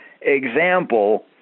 example